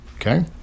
Okay